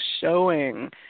showing